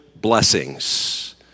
blessings